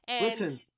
Listen